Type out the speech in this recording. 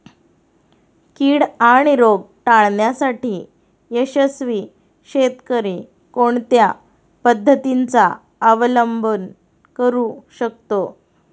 कीड आणि रोग टाळण्यासाठी यशस्वी शेतकरी कोणत्या पद्धतींचा अवलंब करू शकतो?